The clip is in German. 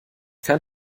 kein